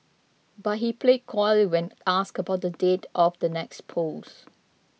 but he played coy when asked about the date of the next polls